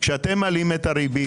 כשאתם מעלים את הריבית,